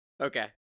Okay